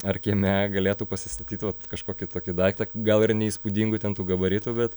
ar kieme galėtų pasistatyt vat kažkokį tokį daiktą gal ir neįspūdingų ten tų gabaritų bet